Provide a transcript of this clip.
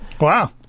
wow